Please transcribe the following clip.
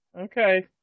Okay